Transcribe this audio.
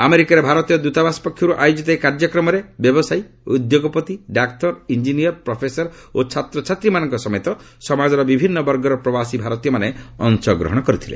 ଆମେରିକାରେ ଭାରତୀୟ ଦୂତାବାସପକ୍ଷରୁ ଆୟୋଜିତ ଏହି କାର୍ଯ୍ୟକ୍ରମରେ ବ୍ୟବସାୟୀ ଉଦ୍ୟୋଗପତି ଡାକ୍ତର ଇଞ୍ଜିନିୟର ପ୍ରଫେସର ଓ ଛାତ୍ରଛାତ୍ରୀମାନଙ୍କ ସମେତ ସମାଜର ବିଭିନ୍ନ ବର୍ଗର ପ୍ରବାସୀ ଭାରତୀୟମାନେ ଅଂଶଗ୍ରହଣ କରିଥିଲେ